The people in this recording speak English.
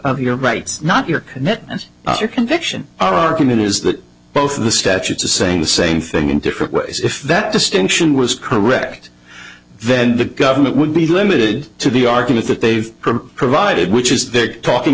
of your rights not your and your conviction our argument is that both of the statutes are saying the same thing in different ways if that distinction was correct then the government would be limited to the argument that they've provided which is they're talking